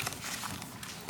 אסור לתת לזה לקרות.